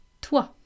toi